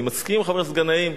אני מסכים, חבר הכנסת גנאים,